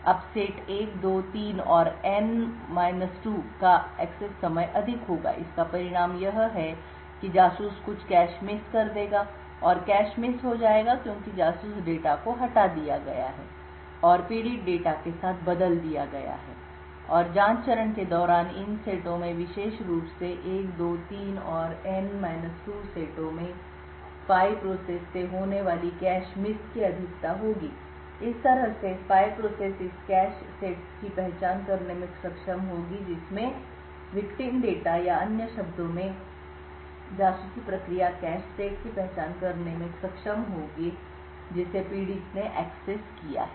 अब सेट 1 2 3 और N 2 का एक्सेस समय अधिक होगा इसका परिणाम यह है कि जासूस कुछ कैश मिस कर देगा और कैश मिस हो जाएगा क्योंकि जासूस डेटा को हटा दिया गया है और पीड़ित डेटा के साथ बदल दिया गया है और जांच चरण के दौरान इन सेटों में विशेष रूप से 1 2 3 और N 2 सेटों में जासूसी प्रक्रिया से होने वाली कैश मिस की अधिकता होगी इस तरह से जासूस प्रक्रिया इस कैशे सेट की पहचान करने में सक्षम होगी जिसमें पीड़ित डेटा या अन्य शब्दों में जासूसी प्रक्रिया कैशे सेट की पहचान करने में सक्षम होंगे जिसे पीड़ित ने एक्सेस किया है